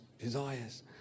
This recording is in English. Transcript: desires